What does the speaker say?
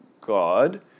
God